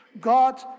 God